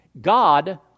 God